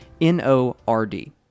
N-O-R-D